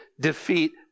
defeat